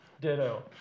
Ditto